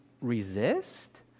resist